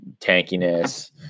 tankiness